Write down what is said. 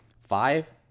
five